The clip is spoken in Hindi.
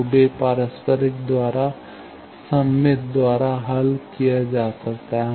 तो वे पारस्परिक द्वारा सममित द्वारा हल किया जा सकता है